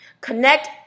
Connect